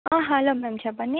ఆ hello ma'am చెప్పండి